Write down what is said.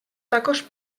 також